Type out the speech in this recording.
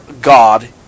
God